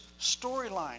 storyline